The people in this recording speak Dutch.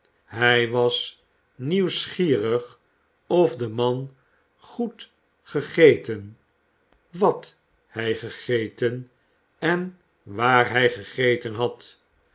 hij was nieuwsgierig of de man goed gegeten wat hij gegeten en waar hij gegeten had